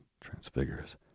transfigures